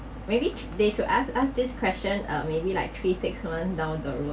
maybe they should ask us this question uh maybe like three six months down the road